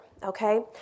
Okay